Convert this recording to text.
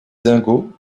dingo